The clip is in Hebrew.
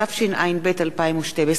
התשע"ב 2012,